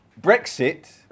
Brexit